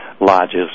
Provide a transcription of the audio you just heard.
Lodges